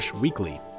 weekly